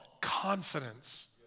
confidence